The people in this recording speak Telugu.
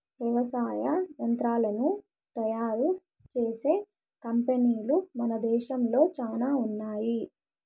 వ్యవసాయ యంత్రాలను తయారు చేసే కంపెనీలు మన దేశంలో చానా ఉన్నాయి